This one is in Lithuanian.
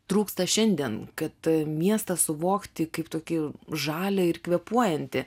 trūksta šiandien kad miestą suvokti kaip tokį žalią ir kvėpuojantį